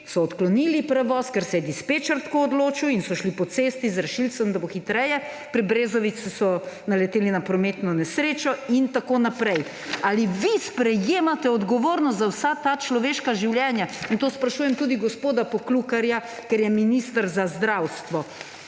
so odklonili prevoz, ker se je dispečer tako odločil, in so šli po cesti z rešilcem, da bo hitreje. Pri Brezovici so naleteli na prometno nesrečo in tako naprej. Ali vi sprejemate odgovornost za vsa ta človeška življenja? To sprašujem tudi gospoda Poklukarja, ker je minister za zdravstvo!